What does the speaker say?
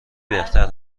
بهتر